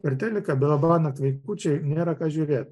per teliką labanakt vaikučiai nėra ką žiūrėt